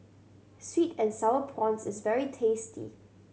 sweet and Sour Prawns is very tasty